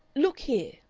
look here,